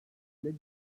ile